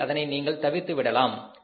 எனவே அதனை நீங்கள் தவிர்த்துவிட வேண்டும்